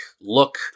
look